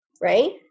Right